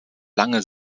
lange